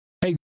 Hey